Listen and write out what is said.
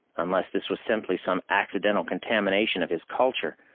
unless this was simply some accidental contamination of his culture,